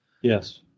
Yes